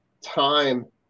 time